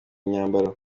imyambaro